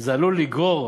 שזה עלול לגרור